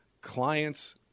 clients